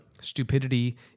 Stupidity